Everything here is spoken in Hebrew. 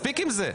מספיק עם זה.